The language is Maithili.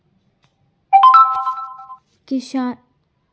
किसानी करबही तँ बबासँ पहिने ओकर शिक्षा ल लए